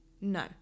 No